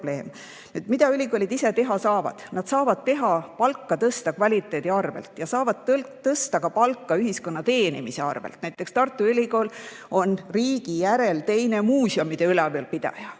Mida ülikoolid ise teha saavad? Nad saavad palka tõsta kvaliteedi arvel, nad saavad tõsta palka ka ühiskonna teenimise arvel. Näiteks Tartu Ülikool on riigi järel teine muuseumide ülalpidaja.